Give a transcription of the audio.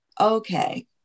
okay